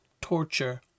torture